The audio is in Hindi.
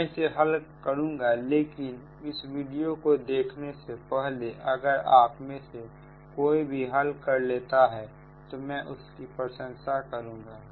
मैं इसे हल करूंगा लेकिन उस वीडियो को देखने से पहले अगर आप में से कोई भी हल कर लेता है तो मैं उसकी प्रशंसा करूंगा